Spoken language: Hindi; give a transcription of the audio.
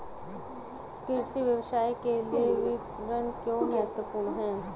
कृषि व्यवसाय के लिए विपणन क्यों महत्वपूर्ण है?